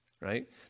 Right